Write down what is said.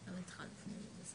כן ואז מה קורה,